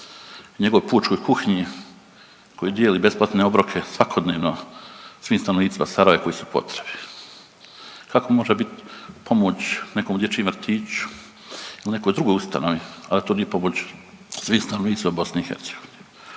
njegovoj pučkoj kuhinji koji dijeli besplatne obroke svakodnevno svim stanovnicima Sarajeva koji su u potrebi. Kako može biti pomoć nekom dječjem vrtiću ili nekoj drugoj ustanovi, a da to nije pomoć svim stanovnicima